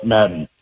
Madden